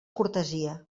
cortesia